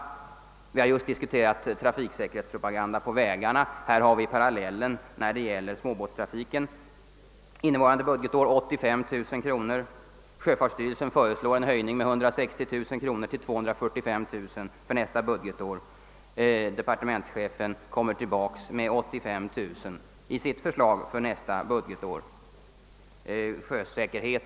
Vi har just diskuterat trafiksäkerhetspropagandan på vägarna. Här har vi parallellen i fråga om småbåtstrafiken. För innevarande år uppgår beloppet till 85 000 kronor. Sjöfartsstyrelsen föreslår en höjning med 160 000 kronor till 245 000 kronor för nästa budgetår. Departementschefen går tillbaka till 85 000 kronor i sitt förslag.